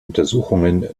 untersuchungen